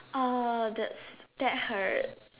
uh that's that hurts